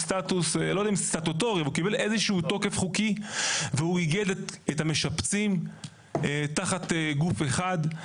תוקף חוקי ואיגד את המשפצים תחת גוף אחד.